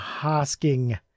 Hosking